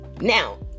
Now